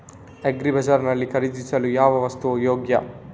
Agri Bazaar ನಲ್ಲಿ ಖರೀದಿಸಲು ಯಾವ ವಸ್ತು ಯೋಗ್ಯ?